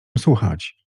słuchać